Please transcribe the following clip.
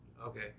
Okay